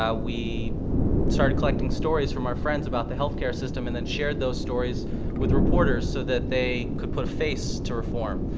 we started collecting stories from our friends about the health care system and then shared those stories with reporters so that they could put a face to reform.